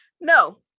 No